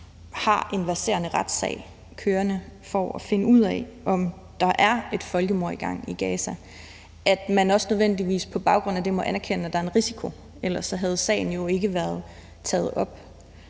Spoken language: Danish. har en verserende retssag kørende for at finde ud af, om der er et folkemord i gang i Gaza, at man også nødvendigvis på baggrund af det må anerkende, at der er en risiko. Ellers var sagen jo ikke blevet taget op.